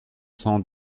cent